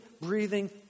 breathing